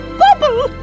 bubble